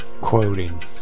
quoting